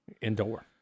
Indoor